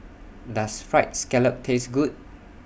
Does Fried Scallop Taste Good